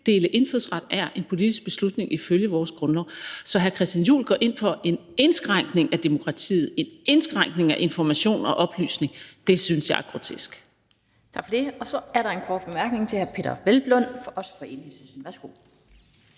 tildele indfødsret er en politisk beslutning ifølge vores grundlov. Så hr. Christian Juhl går ind for en indskrænkning af demokratiet, en indskrænkning af information og oplysning. Det synes jeg er grotesk. Kl. 20:43 Den fg. formand (Annette Lind): Tak for det. Så er der en kort bemærkning til hr. Peder Hvelplund, også fra Enhedslisten. Værsgo.